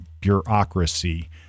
bureaucracy